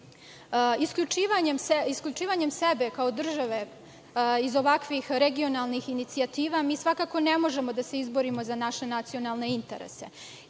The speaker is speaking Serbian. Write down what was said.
delu. Isključivanjem sebe kao države iz ovakvih regionalnih inicijativa, mi svakako ne možemo da se izborimo za naše nacionalne interese,